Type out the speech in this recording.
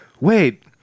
Wait